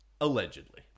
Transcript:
Allegedly